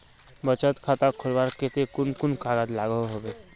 बचत खाता खोलवार केते कुन कुन कागज लागोहो होबे?